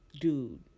dude